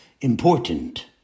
Important